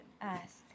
ask